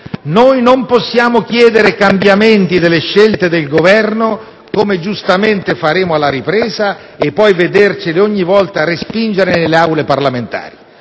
Non possiamo chiedere cambiamenti delle scelte del Governo, come giustamente faremo alla ripresa, e poi vedercele ogni volta respingere nelle Aule parlamentari.